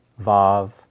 Vav